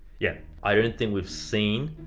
yeah. i don't think we've seen.